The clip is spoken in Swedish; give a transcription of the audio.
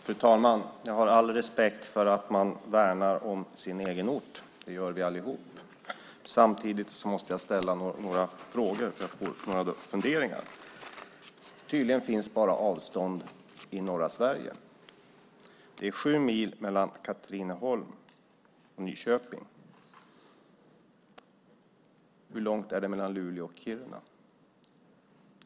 Fru talman! Jag har all respekt för att man värnar om sin egen ort. Det gör vi alla. Samtidigt måste jag ställa några frågor. Tydligen finns avstånd bara i norra Sverige, sades det. Det är sju mil mellan Katrineholm och Nyköping. Hur långt är det mellan Luleå och Kiruna?